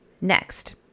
Next